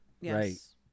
Yes